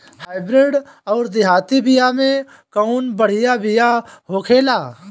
Hybrid अउर देहाती बिया मे कउन बढ़िया बिया होखेला?